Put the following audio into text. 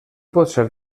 potser